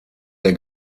der